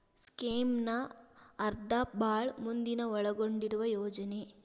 ಸ್ಕೇಮ್ನ ಅರ್ಥ ಭಾಳ್ ಮಂದಿನ ಒಳಗೊಂಡಿರುವ ಯೋಜನೆ